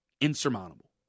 insurmountable